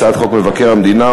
הצעת חוק מבקר המדינה,